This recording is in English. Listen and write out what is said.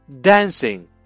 dancing